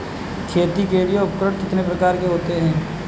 खेती के लिए उपकरण कितने प्रकार के होते हैं?